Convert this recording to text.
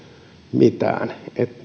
mitään